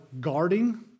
guarding